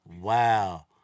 Wow